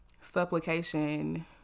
supplication